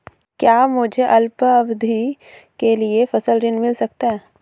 क्या मुझे अल्पावधि के लिए फसल ऋण मिल सकता है?